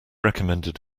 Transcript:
recommended